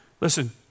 Listen